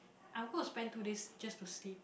I'm going to spend two days just to sleep